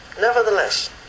Nevertheless